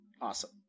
awesome